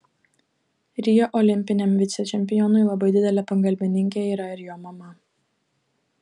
rio olimpiniam vicečempionui labai didelė pagalbininkė yra ir jo mama